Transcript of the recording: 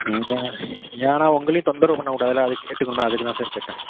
ம் ஏன்னால் உங்களையும் தொந்தரவு பண்ண கூடாதில்ல அதுக்கு கேட்டுக்கணும் அதுக்கு தான் சார் கேட்டேன்